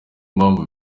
mpamvu